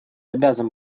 обязан